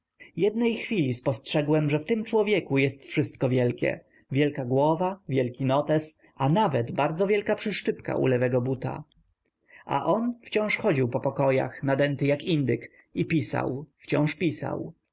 jednej chwili spostrzegłem że w tym człowieku jest wszystko wielkie wielka głowa wielki notes a nawet bardzo wielka przyszczypka u lewego buta a on wciąż chodził po pokojach nadęty jak indyk i pisał wciąż pisał